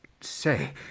say